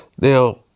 Now